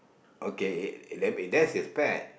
okay that's his pet